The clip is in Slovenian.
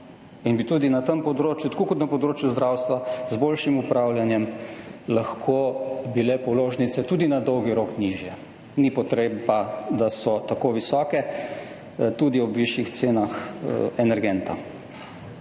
bile tudi na tem področju, tako kot na področju zdravstva, z boljšim upravljanjem položnice tudi na dolgi rok nižje. Ni potrebe, da so tako visoke tudi ob višjih cenah energenta.